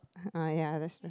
ah ya that's true